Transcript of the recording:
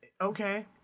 okay